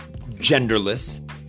genderless